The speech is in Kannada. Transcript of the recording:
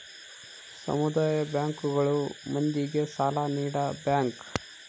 ಸಮುದಾಯ ಬ್ಯಾಂಕ್ ಗಳು ಮಂದಿಗೆ ಸಾಲ ನೀಡ ಬ್ಯಾಂಕ್